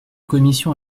commission